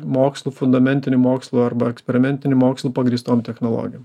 mokslu fundamentiniu mokslu arba eksperimentiniu mokslu pagrįstom technologijom